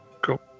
Cool